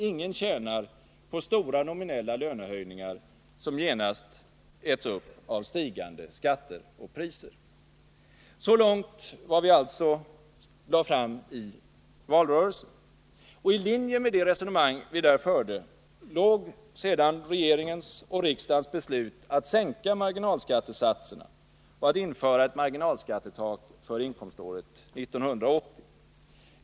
Ingen tjänar på stora nominella lönehöjningar, som genast äts upp av stigande skatter och priser.” I linje med detta resonemang låg regeringens och riksdagens beslut att sänka marginalskattesatserna och att införa ett marginalskattetak för inkomståret 1980.